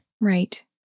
Right